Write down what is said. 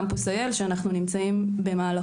קמפוס IL שאנו במהלכו.